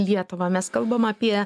lietuvą mes kalbam apie